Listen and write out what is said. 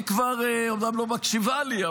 היא אומנם לא מקשיבה לי,